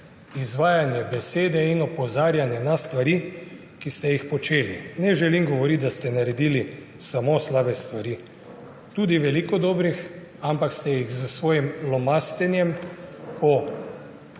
izvajanje besede in opozarjanje na stvari, ki ste jih počeli. Ne želim govoriti, da ste naredili samo slabe stvari, tudi veliko dobrih, ampak ste jih s svojim lomastenjem po